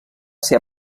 ser